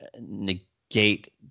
negate